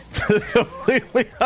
Completely